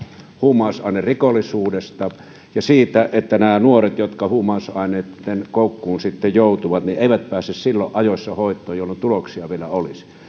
huumausainerikollisuudesta ja siitä että nämä nuoret jotka huumausaineitten koukkuun sitten joutuvat eivät pääse ajoissa hoitoon silloin jolloin tuloksia vielä olisi